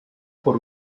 por